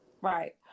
Right